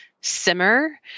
simmer